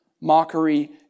mockery